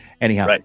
anyhow